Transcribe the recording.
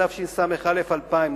התשס"א 2000,